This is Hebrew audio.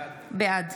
בעד